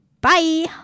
Bye